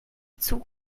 zug